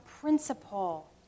principle